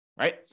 right